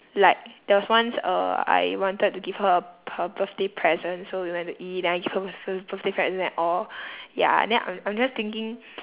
like there was once uh I wanted to give her a p~ her birthday present so we went to eat then I birthday present and all ya and then I'm I'm just thinking